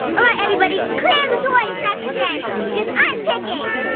okay everybody, clear the toy section! because i'm picking.